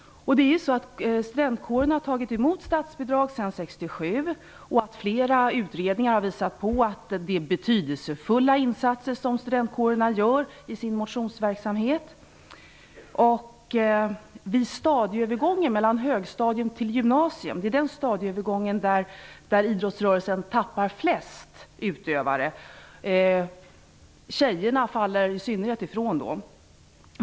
Studentkårerna har tagit emot statsbidrag sedan 1967. Flera utredningar har visat att studentkårerna gör betydelsefulla insatser i sin motionsverksamhet. Vid stadieövergången från högstadium till gymnasium tappar idrottsrörelsen flest utövare. I synnerhet är det tjejerna som då faller ifrån.